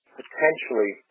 potentially